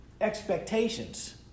expectations